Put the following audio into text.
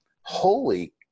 holy